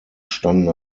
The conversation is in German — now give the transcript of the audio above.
standen